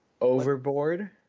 Overboard